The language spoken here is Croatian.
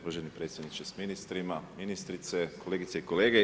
Uvaženi predsjedniče s ministrima, ministrice, kolegice i kolege.